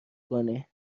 کنی